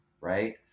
right